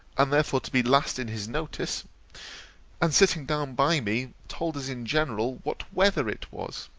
and therefore to be last in his notice and sitting down by me, told us in general what weather it was.